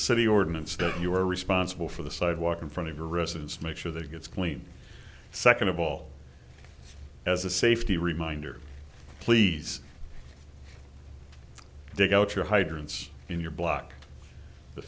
city ordinance that you are responsible for the sidewalk in front of your residence make sure that gets clean second of all as a safety reminder please dig out your hydrants in your block the